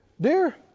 Dear